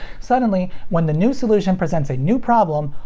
suddenly, when the new solution presents a new problem,